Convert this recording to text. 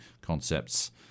concepts